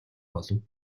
болов